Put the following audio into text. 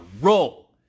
roll